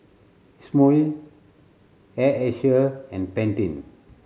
Isomil Air Asia and Pantene